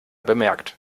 bemerkt